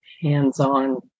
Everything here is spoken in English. hands-on